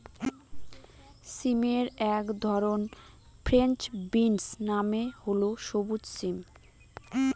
সিমের এক ধরন ফ্রেঞ্চ বিনস মানে হল সবুজ সিম